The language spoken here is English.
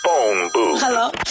Hello